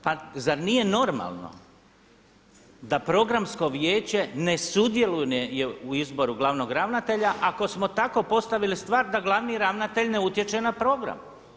Pa zar nije normalno da programsko vijeće ne sudjeluje u izboru glavnog ravnatelja ako smo tako postavili stvar da glavni ravnatelj ne utječe na program.